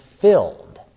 filled